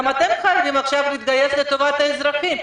גם אתם חייבים עכשיו להתגייס לטובת האזרחים.